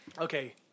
Okay